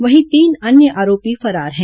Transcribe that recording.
वहीं तीन अन्य आरोपी फरार हैं